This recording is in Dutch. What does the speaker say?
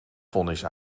vonnis